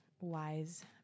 wise